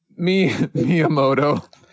Miyamoto